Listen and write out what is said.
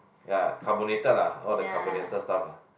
ya carbonated lah all the carbonated stuff lah